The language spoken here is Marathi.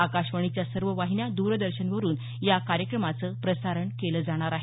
आकाशवाणीच्या सर्व वाहिन्या दूरदर्शनवरून या कार्यक्रमाचं प्रसारण केलं जाणार आहे